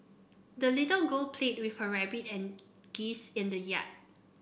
the little girl played with her rabbit and geese in the yard